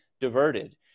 diverted